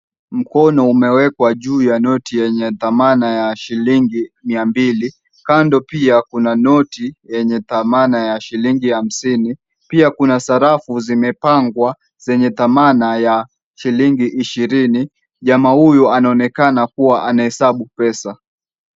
Mkono umewekwa juu ya noti yenye dhamana ya shilingi mia mbili. Kando pia kuna noti yenye dhamana ya shilingi hamsini. Pia kuna sarafu zimepangwa zenye dhamana ya shilingi ishirini. Jamaa huyu anaonekana kuwa anahesabu pesa.